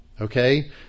Okay